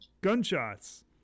gunshots